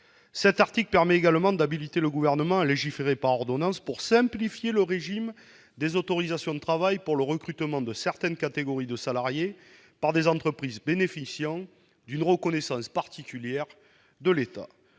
Cet article vise également à habiliter le Gouvernement à légiférer par ordonnance pour simplifier le régime des autorisations de travail pour le recrutement de certaines catégories de salariés par des entreprises bénéficiant d'une reconnaissance particulière de l'État.